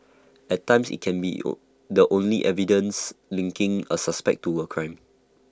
at times IT can be all the only evidence linking A suspect to A crime